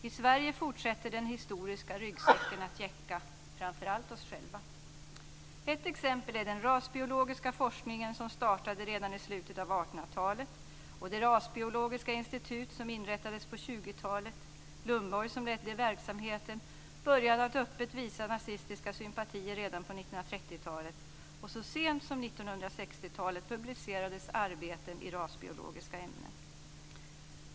I Sverige fortsätter den historiska ryggsäcken att gäcka, framför allt oss själva. Ett exempel är den rasbiologiska forskningen som startade redan i slutet av 1800-talet och det rasbiologiska institutet som inrättades på 1920-talet. Lundborg, som ledde verksamheten, började att öppet visa rasistiska sympatier redan på 1930-talet. Så sent som på 1960-talet publicerades arbeten i rasbiologiska ämnen.